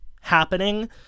happening